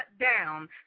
down